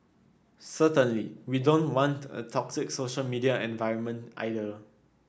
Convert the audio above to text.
certainly we don't want a toxic social media environment either